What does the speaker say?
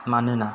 मानोना